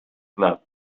club